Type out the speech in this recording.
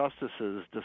justices